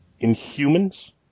Inhumans